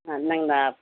ꯑꯥ ꯅꯪꯅ